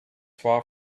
far